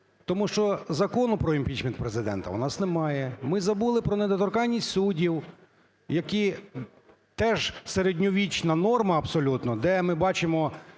тому що закону про імпічмент Президента в нас немає, ми забули про недоторканність суддів, які теж середньовічна норма абсолютно, де ми бачимо